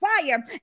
fire